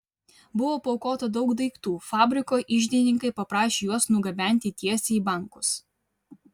buvo paaukota daug daiktų fabriko iždininkai paprašė juos nugabenti tiesiai į bankus